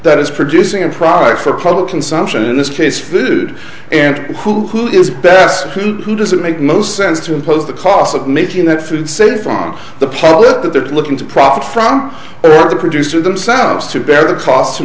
that is producing a product for public consumption in this case food and who is best who does it make most sense to impose the cost of making that food safe from the public that they're looking to profit from the producer themselves to bear the cost